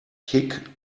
kick